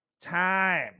Time